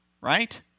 Right